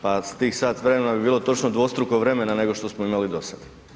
Pa tih sat vremena bi bilo točno dvostruko vremena nego što smo imali do sada.